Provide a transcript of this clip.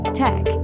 tech